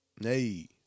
Nay